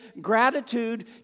gratitude